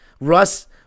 Russ